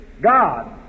God